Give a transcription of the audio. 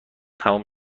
تموم